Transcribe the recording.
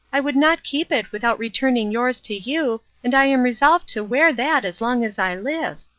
i could not keep it without returning yours to you, and i am resolved to wear that as long as i live.